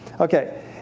Okay